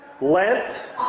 Lent